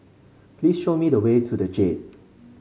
please show me the way to the Jade